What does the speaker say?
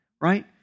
Right